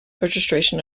registration